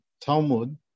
Talmud